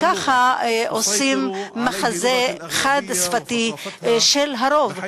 וככה עושים מחזה חד-שפתי של הרוב,